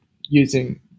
using